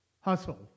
Hustle